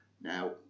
Now